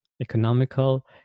Economical